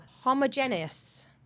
homogeneous